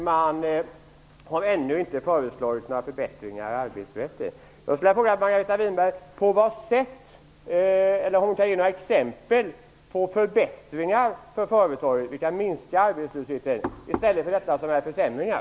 Ännu har det inte föreslagits några förbättringar i arbetsrätten. Jag vill fråga Margareta Winberg om hon kan ge några exempel på förbättringar för företagen som kan minska arbetslösheten i stället för dessa förslag som innebär försämringar.